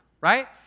right